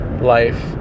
life